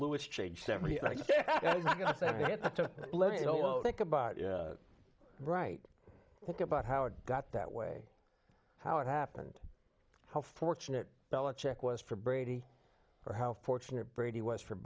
lewis changed every lead to think about it right think about how it got that way how it happened how fortunate bell a check was for brady or how fortunate brady was for